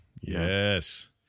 Yes